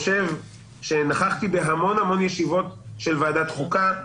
נכחתי בהמון ישיבות של ועדת החוקה,